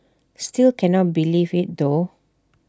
still can not believe IT though